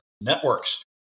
networks